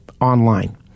online